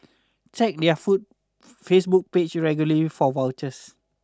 check their food Facebook page regularly for vouchers